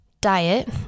diet